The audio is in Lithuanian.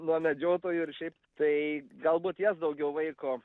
nuo medžiotojų ir šiaip tai galbūt as daugiau vaiko